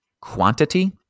quantity